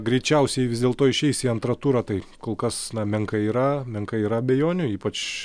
greičiausiai vis dėlto išeis į antrą turą tai kol kas menka yra menka yra abejonė ypač